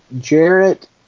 Jarrett